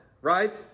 right